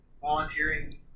volunteering